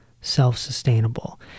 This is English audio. self-sustainable